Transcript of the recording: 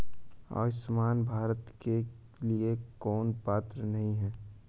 आयुष्मान भारत के लिए कौन पात्र नहीं है?